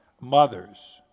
mothers